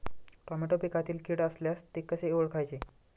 Tomato पिकातील कीड असल्यास ते कसे ओळखायचे?